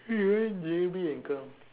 he went J_B and come